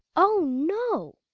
oh, no.